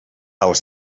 als